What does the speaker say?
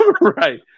Right